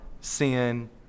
sin